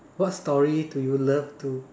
what story do you love to